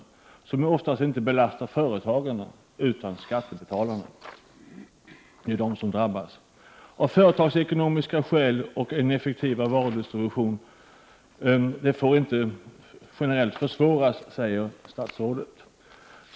Dessa belastar oftast inte företagarna, utan det är skattebetalarna som drabbas. ”Varuförsörjningsoch stadsplaner får inte leda till att utvecklingen mot en effektivare varudistribution och nyetableringar generellt försvåras”, säger statsrådet i svaret.